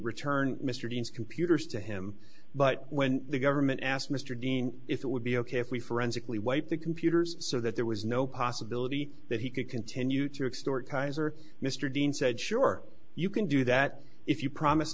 return mr dean's computers to him but when the government asked mr dean if it would be ok if we forensically wipe the computers so that there was no possibility that he could continue to extort keyser mr dean said sure you can do that if you promise